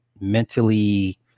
mentally